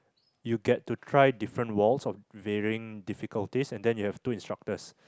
you get to try different walls of varying difficulties and then you have two instructors